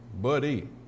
Buddy